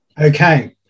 okay